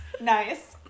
Nice